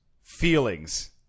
Feelings